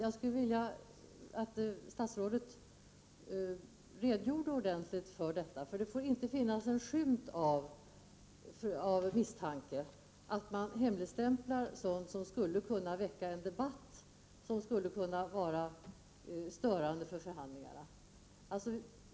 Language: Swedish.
Jag skulle vilja att statsrå 5 oktober 1989 det ordentligt redogjorde för denna fråga. Det får nämligen inte finnas en skymt av misstanke att man hemligstämplar sådant som skulle kunna väcka debatt eller som skulle kunna vara störande på förhandlingarna.